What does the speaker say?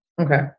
Okay